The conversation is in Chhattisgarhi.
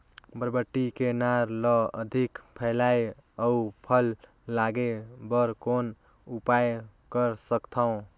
बरबट्टी के नार ल अधिक फैलाय अउ फल लागे बर कौन उपाय कर सकथव?